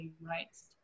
rights